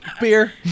Beer